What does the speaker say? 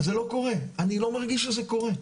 זה לא קורה, אני לא מרגיש שזה קורה.